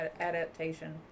adaptation